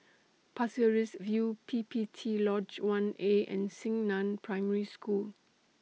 Pasir Ris View P P T Lodge one A and Xingnan Primary School